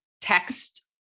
text